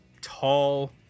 tall